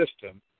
system